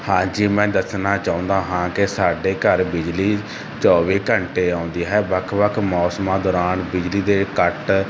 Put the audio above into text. ਹਾਂਜੀ ਮੈਂ ਦੱਸਣਾ ਚਾਹੁੰਦਾ ਹਾਂ ਕਿ ਸਾਡੇ ਘਰ ਬਿਜਲੀ ਚੌਵੀ ਘੰਟੇ ਆਉਂਦੀ ਹੈ ਵੱਖ ਵੱਖ ਮੌਸਮਾਂ ਦੌਰਾਨ ਬਿਜਲੀ ਦੇ ਕੱਟ